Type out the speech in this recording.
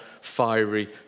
fiery